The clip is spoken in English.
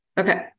Okay